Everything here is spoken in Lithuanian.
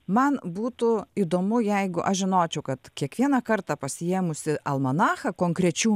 man būtų įdomu jeigu aš žinočiau kad kiekvieną kartą pasiėmusi almanachą konkrečių